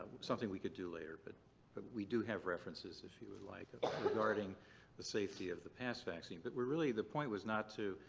something we could do later, but but we do have references if you would like regarding the safety of the past vaccine, but we're really. the point was not to.